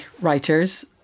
writers